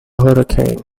hurricane